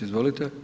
Izvolite.